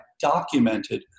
documented